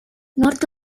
north